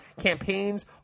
Campaigns